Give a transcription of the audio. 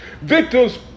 Victims